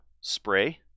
spray